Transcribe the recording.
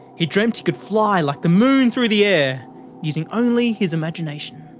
he dreamt he could fly like the moon through the air using only his imagination.